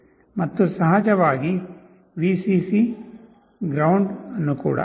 ಮತ್ತು ಸಹಜವಾಗಿ Vcc GND ಯನ್ನು ಕೂಡ